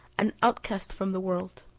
an outcast from the world.